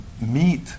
meet